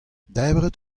debret